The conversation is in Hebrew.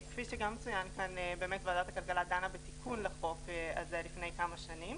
כפי שגם צוין כאן באמת ועדת הכלכלה דנה בתיקון לחוק הזה לפני כמה שנים.